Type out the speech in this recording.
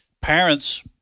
parents